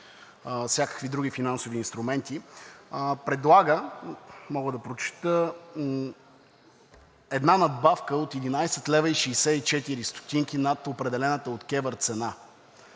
всякакви други финансови инструменти, предлагам, мога да прочета, една надбавка от 11,64 лв. над определената от КЕВР цена.